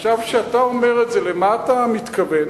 עכשיו, כשאתה אומר את זה, למה אתה מתכוון?